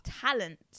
talent